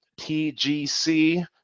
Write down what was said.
TGC